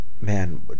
man